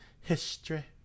History